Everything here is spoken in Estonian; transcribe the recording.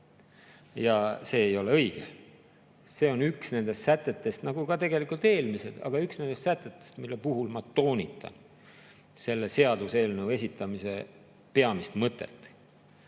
Ja see ei ole õige. See on üks nendest sätetest, nagu ka tegelikult eelmised, mille puhul ma toonitan selle seaduseelnõu esitamise peamist mõtet: